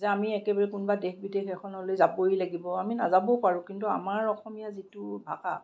যে আমি একেবাৰ কোনোবা দেশ বিদেশ এখনলৈ যাবই লাগিব আমি নাযাবও পাৰোঁ কিন্তু আমাৰ অসমীয়া যিটো ভাষা